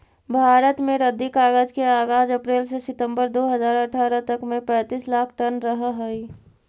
भारत में रद्दी कागज के आगाज अप्रेल से सितम्बर दो हज़ार अट्ठरह तक में पैंतीस लाख टन रहऽ हई